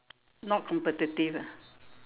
not competitive ah